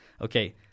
okay